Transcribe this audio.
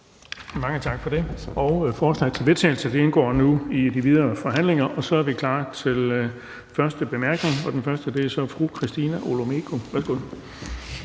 Mange tak for det. Det fremsatte forslag til vedtagelse indgår nu i de videre forhandlinger. Så er vi klar til den første korte bemærkning, og den er fra fru Christina Olumeko.